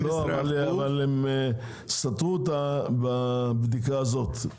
--- אבל הם סתרו אותה בבדיקה הזאת.